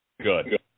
Good